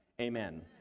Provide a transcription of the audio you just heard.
Amen